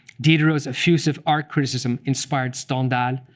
diderot's effusive art criticism inspired stendhal,